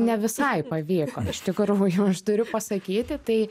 ne visai pavyko iš tikrųjų aš turiu pasakyti tai